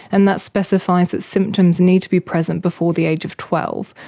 and that specifies that symptoms need to be present before the age of twelve,